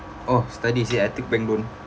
orh studies ya I took bank loan